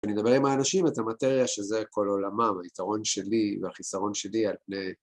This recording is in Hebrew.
ונדבר עם האנשים את המטריה שזה כל עולמם, היתרון שלי והחיסרון שלי על פני